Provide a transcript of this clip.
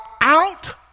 out